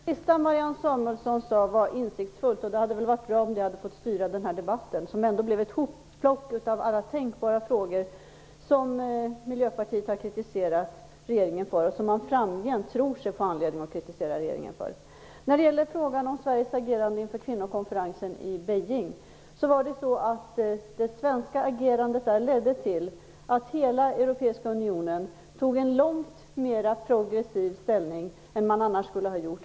Fru talman! Det sista som Marianne Samuelsson sade var insiktsfullt. Det hade varit bra om det hade fått styra debatten. Den blev ett hopplock av alla tänkbara frågor där Miljöpartiet har kritiserat regeringen och där man framgent tror sig få anledning att kritisera regeringen. Sveriges agerande i kvinnokonferensen i Beijing ledde till att hela Europeiska unionen intog en långt mer progressiv ställning än man annars skulle ha gjort.